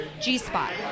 g-spot